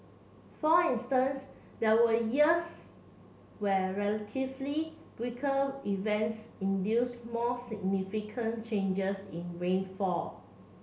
for instance there were years where relatively weaker events induced more significant changes in rainfall